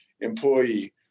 employee